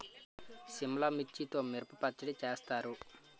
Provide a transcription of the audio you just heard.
సిమ్లా మిర్చితో మిరప పచ్చడి చేస్తారు